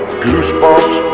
goosebumps